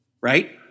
right